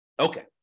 Okay